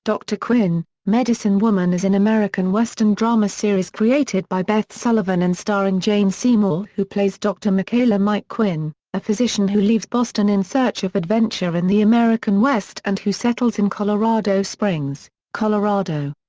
dr. quinn, medicine woman is an american western drama series created by beth sullivan and starring jane seymour who plays dr. michaela mike quinn, a physician who leaves boston in search of adventure in the american west and who settles in colorado springs, colorado.